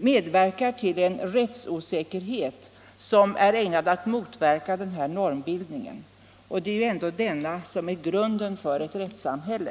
medverkar till en rättsosäkerhet som är ägnad att motverka denna normbildning. Det är ju ändå denna som är grunden för ett rättssamhälle.